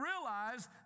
realize